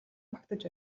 магтаж